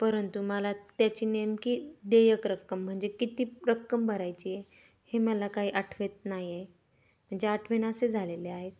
परंतु मला त्याची नेमकी देयक रक्कम म्हणजे किती रक्कम भरायची आहे हे मला काही आठवत नाही आहे म्हणजे आठवेनासे झालेले आहे